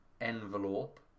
envelope